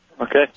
Okay